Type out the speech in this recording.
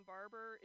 Barber